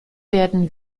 werden